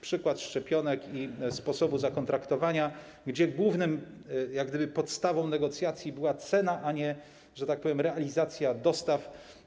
Przykład szczepionek i sposobu zakontraktowania, gdzie główną podstawą negocjacji była cena, a nie, że tak powiem, realizacja dostaw.